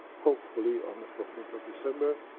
hopefully on the fourteenth of december,